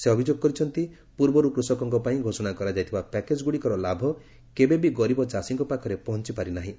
ସେ ଅଭିଯୋଗ କରିଛନ୍ତି ପୂର୍ବରୁ କୃଷକଙ୍କ ପାଇଁ ଘୋଷଣା କରାଯାଇଥିବା ପ୍ୟାକେଜ୍ ଗୁଡ଼ିକର ଲାଭ କେବେବି ଗରିବ ଚାଷୀଙ୍କ ପାଖରେ ପହଞ୍ଚିପାରି ନାହିଁ